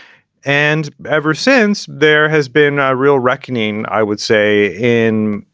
and ever since, there has been a real reckoning, i would say, in,